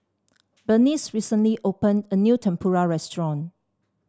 Berniece recently opened a new Tempura restaurant